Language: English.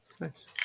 Nice